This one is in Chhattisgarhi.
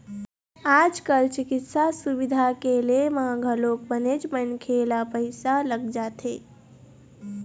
आज कल चिकित्सा सुबिधा के ले म घलोक बनेच मनखे ल पइसा लग जाथे